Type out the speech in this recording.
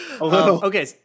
Okay